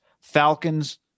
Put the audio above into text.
Falcons